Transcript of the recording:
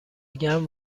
گرم